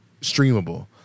streamable